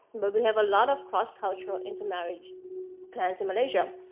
but we have a lot of cross-cultural intermarriage clans in malaysia.